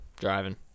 driving